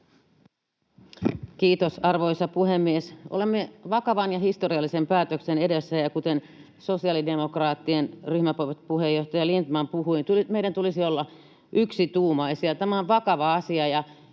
Kiitos, arvoisa puhemies! Olemme vakavan ja historiallisen päätöksen edessä, ja kuten sosiaalidemokraattien ryhmäpuheenjohtaja Lindtman puhui, meidän tulisi olla yksituumaisia. Tämä on vakava asia.